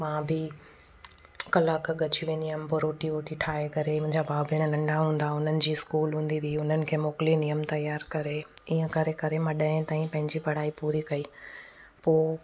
मां बि कलाकु अॻु वेंदी हुअमि पोइ रोटी वोटी ठाहे करे मुंहिंजा भाउ भेण नंढा हूंदा उन्हनि जी इस्कूल हूंदी हुई उन्हनि खे मोकिलींदी हुअमि तयार करे इअं करे करे मां ॾहे ताईं पंहिंजी पढ़ाई पूरी कई पोइ